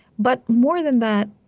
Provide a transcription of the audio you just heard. but more than that,